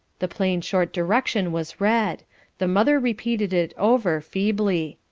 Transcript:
the plain short direction was read the mother repeated it over feebly.